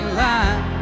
line